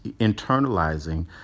internalizing